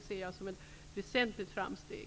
Detta ser jag som ett väsentligt framsteg.